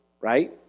right